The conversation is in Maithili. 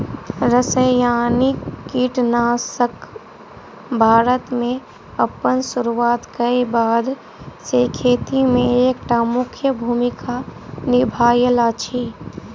रासायनिक कीटनासकसब भारत मे अप्पन सुरुआत क बाद सँ खेती मे एक टा मुख्य भूमिका निभायल अछि